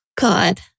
God